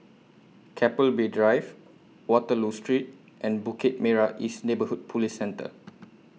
Keppel Bay Drive Waterloo Street and Bukit Merah East Neighbourhood Police Centre